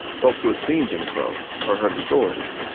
folks who had seen jim crow or heard the stories.